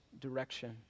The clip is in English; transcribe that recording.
direction